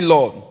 Lord